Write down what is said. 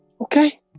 Okay